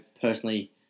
personally